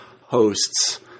hosts